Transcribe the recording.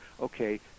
okay